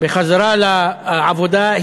בחזרה מהעבודה,